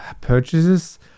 purchases